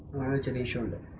lineage and